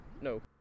No